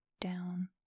down